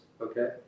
okay